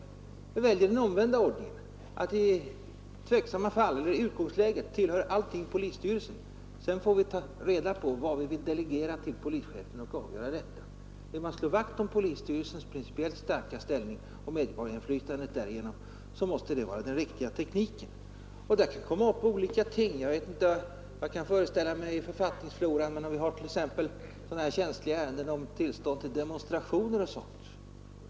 I stället väljer vi nu den omvända ordningen och säger att i utgångsläget hänför vi allting till polisstyrelsen, och sedan får vi se vad vi vill delegera till polischefen. Vill man slå vakt om polisstyrelsens principiellt starka ställning — och därigenom värna om medborgarinflytandet — så måste det vara den riktiga tekniken. Det kan uppkomma många olika frågor i det sammanhanget. Jag kan t.ex. föreställa mig att det i den stora författningsfloran kan röra sig om sådana känsliga ärenden som tillstånd att anordna demonstrationer och liknande.